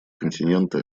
континента